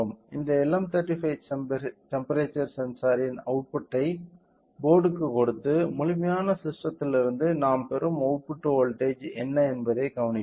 இந்த LM35 temperature சென்சாரின் அவுட்புட்ஐ போர்ட்க்கு கொடுத்து முழுமையான ஸிஸ்டத்திலிருந்து நாம் பெறும் அவுட்புட் வோல்ட்டேஜ் என்ன என்பதைக் கவனிப்போம்